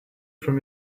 from